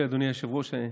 היושב-ראש,